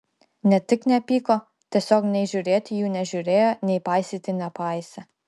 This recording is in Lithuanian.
ne tik nepyko tiesiog nei žiūrėti jų nežiūrėjo nei paisyti nepaisė